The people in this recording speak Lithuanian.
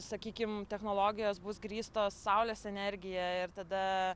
sakykim technologijos bus grįstos saulės energija ir tada